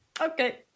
Okay